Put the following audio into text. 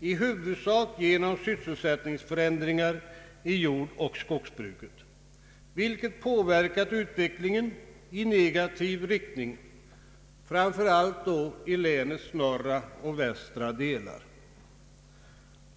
i huvudsak genom sysselsättningsförändringar i jordoch skogsbruket, vilka påverkat utvecklingen i negativ riktning, framför allt i länets norra och västra delar.